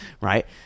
right